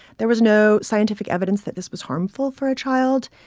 there was no scientific evidence that this was harmful for a child